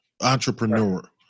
Entrepreneur